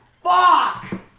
Fuck